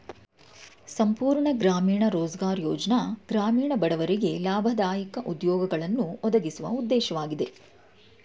ಸಂಪೂರ್ಣ ಗ್ರಾಮೀಣ ರೋಜ್ಗಾರ್ ಯೋಜ್ನ ಗ್ರಾಮೀಣ ಬಡವರಿಗೆ ಲಾಭದಾಯಕ ಉದ್ಯೋಗಗಳನ್ನು ಒದಗಿಸುವ ಉದ್ದೇಶವಾಗಿದೆ